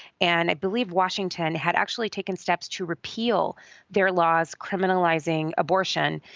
and i believe washington, had actually taken steps to repeal their laws criminalizing abortion.